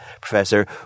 professor